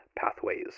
pathways